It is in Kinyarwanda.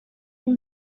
ubu